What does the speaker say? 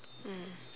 mm